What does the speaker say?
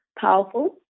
powerful